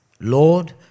Lord